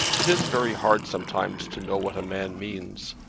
it is very hard sometimes to know what a man means.